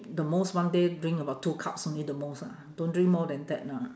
the most one day drink about two cups only the most ah don't drink more than that lah